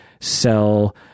sell